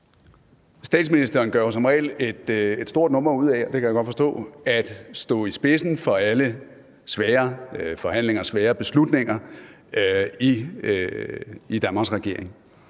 Statsministeren gør som regel et stort nummer ud af – og det kan jeg godt forstå – at stå i spidsen for alle svære forhandlinger, svære beslutninger i Danmarks regering,